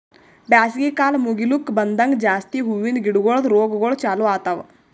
ಬ್ಯಾಸಗಿ ಕಾಲ್ ಮುಗಿಲುಕ್ ಬಂದಂಗ್ ಜಾಸ್ತಿ ಹೂವಿಂದ ಗಿಡಗೊಳ್ದು ರೋಗಗೊಳ್ ಚಾಲೂ ಆತವ್